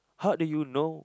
how do you know